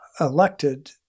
elected